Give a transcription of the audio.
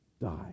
die